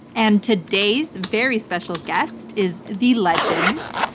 and today's very special guest is the legend,